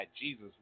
Jesus